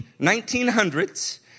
1900s